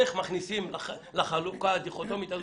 איך מכניסים לחלוקה הדיכוטומית הזאת